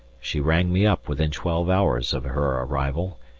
she rang me up within twelve hours of her arrival,